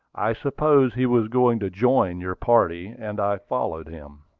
i supposed he was going to join your party, and i followed him.